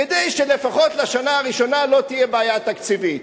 כדי שלפחות בשנה הראשונה לא תהיה בעיה תקציבית.